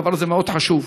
הדבר הזה מאוד חשוב,